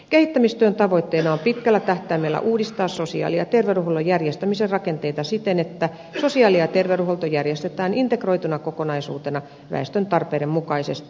kehittämistyön tavoitteena on pitkällä tähtäimellä uudistaa sosiaali ja terveydenhuollon järjestämisen rakenteita siten että sosiaali ja terveydenhuolto järjestetään integroituna kokonaisuutena väestön tarpeiden mukaisesti